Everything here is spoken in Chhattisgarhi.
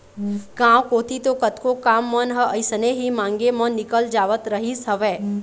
गांव कोती तो कतको काम मन ह अइसने ही मांगे म निकल जावत रहिस हवय